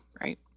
right